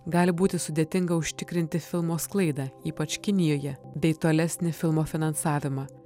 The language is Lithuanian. gali būti sudėtinga užtikrinti filmo sklaidą ypač kinijoje bei tolesnį filmo finansavimą